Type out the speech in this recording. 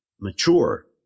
mature